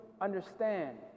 understand